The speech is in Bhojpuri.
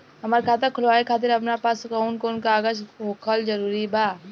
हमार खाता खोलवावे खातिर हमरा पास कऊन कऊन कागज होखल जरूरी बा?